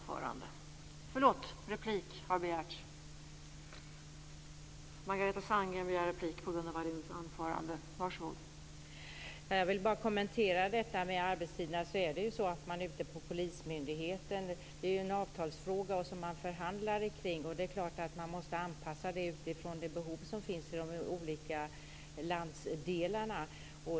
Fru talman! Jag vill bara kommentera detta med arbetstiderna. Det är en avtalsfråga som man förhandlar om ute på polismyndigheten. Det är klart att det måste ske en anpassning till de behov som finns i de olika landsdelarna.